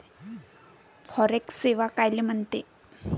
Forex सेवा कायले म्हनते?